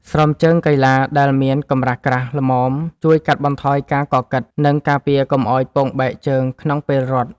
ស្រោមជើងកីឡាដែលមានកម្រាស់ក្រាស់ល្មមជួយកាត់បន្ថយការកកិត និងការពារកុំឱ្យពងបែកជើងក្នុងពេលរត់។